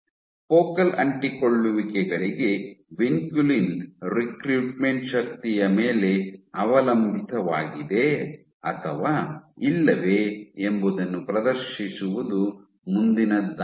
focal ಅಂಟಿಕೊಳ್ಳುವಿಕೆಗಳಿಗೆ vinculin recruitment ಶಕ್ತಿಯ ಮೇಲೆ ಅವಲಂಬಿತವಾಗಿದೆಯೆ ಅಥವಾ ಇಲ್ಲವೇ ಎಂಬುದನ್ನು ಪ್ರದರ್ಶಿಸುವುದು ಮುಂದಿನದ್ದಾಗಿದೆ